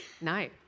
No